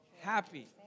happy